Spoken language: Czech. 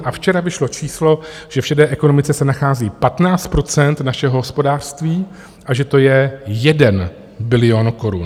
A včera vyšlo číslo, že v šedé ekonomice se nachází 15 % našeho hospodářství a že to je jeden bilion korun.